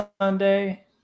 Sunday